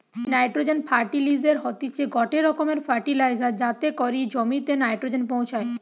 nitrogen ফার্টিলিসের হতিছে গটে রকমের ফার্টিলাইজার যাতে করি জমিতে নাইট্রোজেন পৌঁছায়